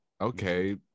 okay